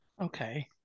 Okay